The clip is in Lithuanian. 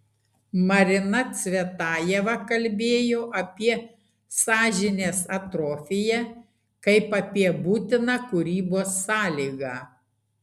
marina cvetajeva kalbėjo apie sąžinės atrofiją kaip apie būtiną kūrybos sąlygą